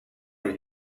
are